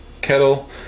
kettle